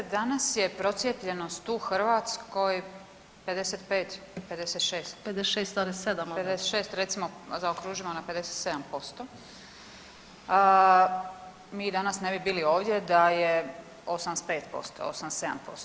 Danas je procijepljenost u Hrvatskoj 55, 56 [[Upadica Grba Bujević: 56,7.]] 56 recimo zaokružimo na 57%, mi danas ne bi bili ovdje da je 85%, 87%